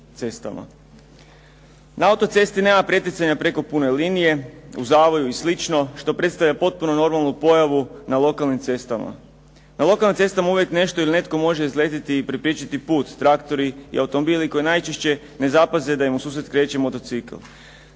Na autocesti nema preticanja preko pune linije, u zavoju i sl. što predstavlja potpuno normalnu pojavu na lokalnim cestama. Na lokalnim cestama uvijek nešto ili netko može izletjeti i prepriječiti put, traktori i automobili koji najčešće ne zapaze da im u susret kreće motocikl.